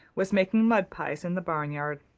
was making mud pies in the barnyard.